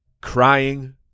crying